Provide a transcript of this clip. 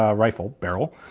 ah rifled barrel,